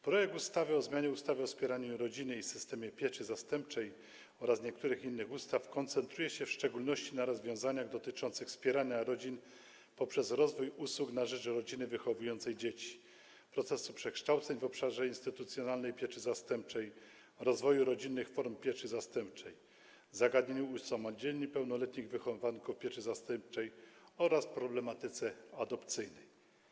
Projekt ustawy o zmianie ustawy o wspieraniu rodziny i systemie pieczy zastępczej oraz niektórych innych ustaw koncentruje się w szczególności na rozwiązaniach dotyczących wspierania rodzin poprzez rozwój usług na rzecz rodziny wychowującej dzieci, procesu przekształceń w obszarze instytucjonalnej pieczy zastępczej, rozwoju rodzinnych form pieczy zastępczej, zagadnieniu usamodzielnień pełnoletnich wychowanków pieczy zastępczej oraz problematyce adopcyjnej.